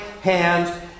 hands